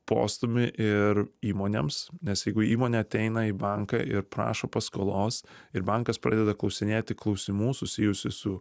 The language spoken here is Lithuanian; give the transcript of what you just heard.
postūmį ir įmonėms nes jeigu įmonė ateina į banką ir prašo paskolos ir bankas pradeda klausinėti klausimų susijusių su